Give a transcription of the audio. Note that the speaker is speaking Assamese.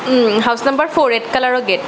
হাউছ নাম্বাৰ ফ'ৰ ৰেড কালাৰৰ গেট